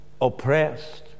oppressed